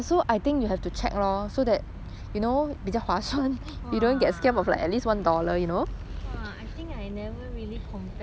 !wah! I think I never really compare eh I really 随便 [one] sia